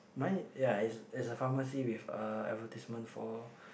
mine yeah is is a pharmacy with a advertisement for